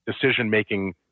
decision-making